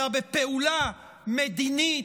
אלא בפעולה מדינית,